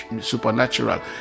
supernatural